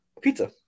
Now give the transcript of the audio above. pizza